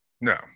No